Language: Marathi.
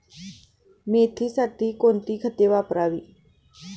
मेथीसाठी कोणती खते वापरावी?